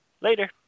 Later